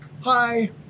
hi